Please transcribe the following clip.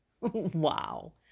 Wow